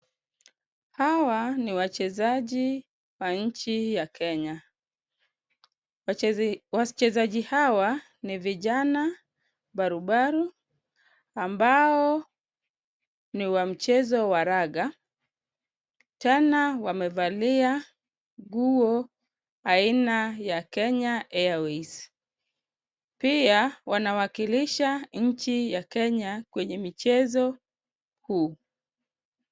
Hawa ni wachezaji wa nchi ya Kenya, wachezaji hawa ni vijana barubaru ambao ni wa mchezo wa raga, tena wamevalia nguo aina ya Kenya Airways. Pia wanawakilisha nchi ya Kenya kwenye michezo huu.